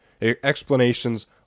explanations